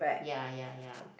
ya ya ya